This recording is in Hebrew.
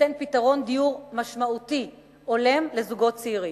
יינתן פתרון דיור משמעותי הולם לזוגות צעירים.